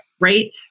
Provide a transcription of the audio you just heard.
right